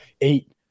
eight